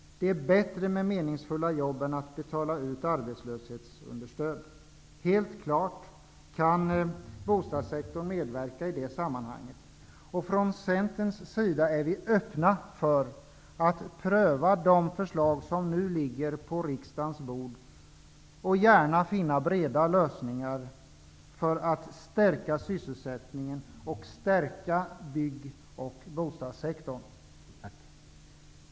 Det är bättre att människor har meningsfulla jobb än att man betalar ut arbetslöshetsunderstöd. Helt klart kan bostadssektorn medverka i det sammanhanget. Från Centerns sida är vi öppna för att pröva de förslag som nu ligger på riksdagens bord och försöka finna breda lösningar för att stärka sysselsättningen och stärka bygg och bostadssektorn.